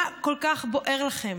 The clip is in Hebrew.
מה כל כך בוער לכם?